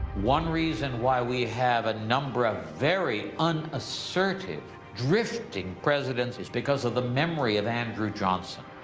one reason why we have a number of very unassertive, drifting presidents is because of the memory of andrew johnson.